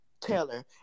Taylor